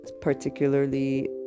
Particularly